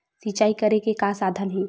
सिंचाई करे के का साधन हे?